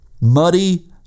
muddy